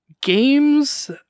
games